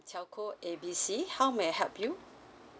telco A B C how may I help you